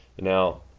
Now